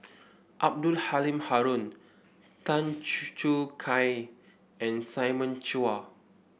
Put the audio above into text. Abdul Halim Haron Tan Choo Kai and Simon Chua